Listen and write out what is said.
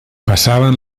passaven